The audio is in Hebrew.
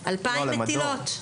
2,000 מטילות?